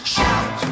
Shout